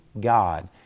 God